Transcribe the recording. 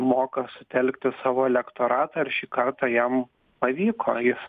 moka sutelkti savo elektoratą ir šį kartą jam pavyko jis